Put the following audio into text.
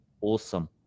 awesome